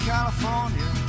California